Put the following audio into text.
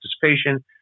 participation